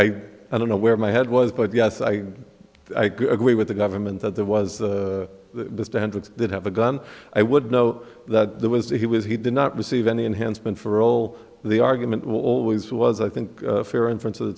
ronnie i don't know where my head was but yes i agree with the government that there was the standards that have a gun i would know that there was a he was he did not receive any enhancement for all the argument will always was i think fair inference of the